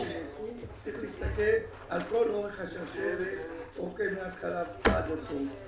להסתכל על כל אורך השרשרת מהתחלה ועד הסוף.